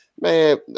man